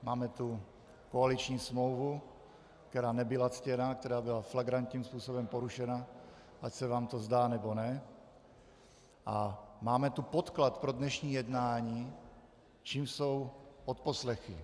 Máme tu koaliční smlouvu, která nebyla ctěna a která byla flagrantním způsobem porušena, ať se vám to zdá, nebo ne, a máme tu podklad pro dnešní jednání, čímž jsou odposlechy.